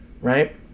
right